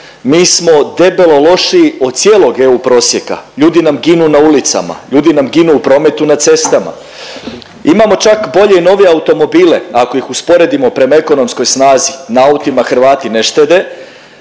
Mi smo debelo lošiji od cijelog EU prosjeka, ljudi nam ginu na ulicama, ljudi nam ginu na prometu na cestama. Imamo čak bolje i novije automobile, ako ih usporedimo prema ekonomskoj snazi, na autima Hrvati ne štede,